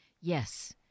Yes